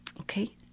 Okay